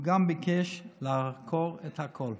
הוא גם ביקש לעקור את הכול.